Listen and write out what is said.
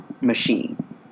machine